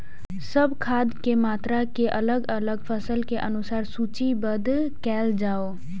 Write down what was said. सब खाद के मात्रा के अलग अलग फसल के अनुसार सूचीबद्ध कायल जाओ?